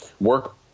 work –